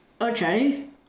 okay